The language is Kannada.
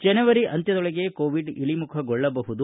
ಜನವರಿ ಅಂತ್ಯದೊಳಗೆ ಕೋವಿಡ್ ಇಳಿಮುಖಗೊಳ್ಳಬಹುದು